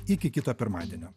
iki kito pirmadienio